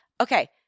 Okay